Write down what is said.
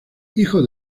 hijos